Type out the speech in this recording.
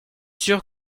sûr